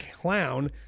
clown